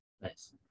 Nice